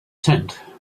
tent